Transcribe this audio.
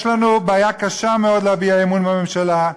יש לנו בעיה קשה מאוד להביע אמון בממשלה.